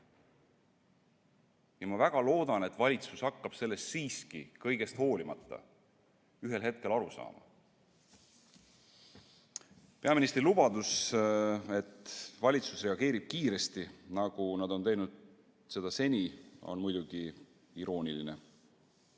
Ma väga loodan, et valitsus hakkab sellest siiski kõigest hoolimata ühel hetkel aru saama. Peaministri lubadus, et valitsus reageerib kiiresti, nagu nad on teinud seda seni, on muidugi irooniline.